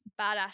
badass